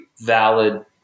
valid